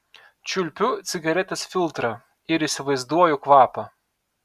čiulpiu cigaretės filtrą ir įsivaizduoju kvapą